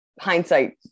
hindsight